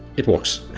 it works.